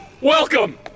Welcome